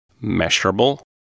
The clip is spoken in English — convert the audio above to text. measurable